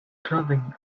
clothing